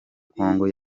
kongo